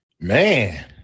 man